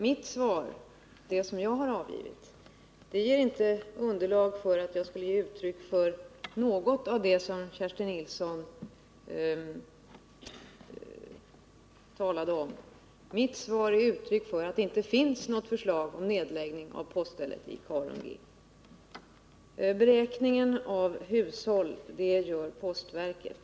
Mitt svar ger inte uttryck för något av det som Kerstin Nilsson talar om, utan det innehåller beskedet att det inte finns något förslag beträffande en nedläggning av poststället i Karungi. Beräkningen av antalet hushåll görs av postverket.